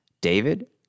David